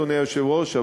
אדוני היושב-ראש,